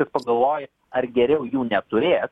ir pagalvoji ar geriau jų neturėt